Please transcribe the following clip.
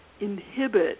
inhibit